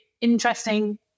interesting